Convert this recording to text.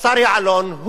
השר יעלון,